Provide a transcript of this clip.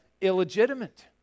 illegitimate